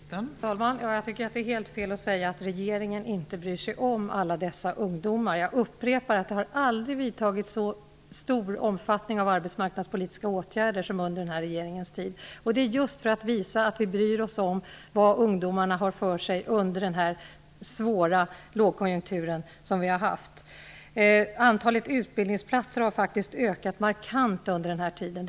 Fru talman! Jag tycker att det är helt fel att säga att regeringen inte bryr sig om alla dessa ungdomar. Jag upprepar att det aldrig har vidtagits arbetsmarknadspolitiska åtgärder i så stor omfattning som under denna regerings tid. Det har vi gjort just för att visa att vi bryr oss om vad ungdomarna har för sig under den svåra lågkonjunkturen. Antalet utbildningsplatser har faktiskt ökat markant under den här tiden.